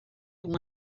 uma